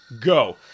Go